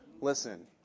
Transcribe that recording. Listen